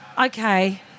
Okay